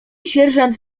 sierżant